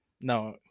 No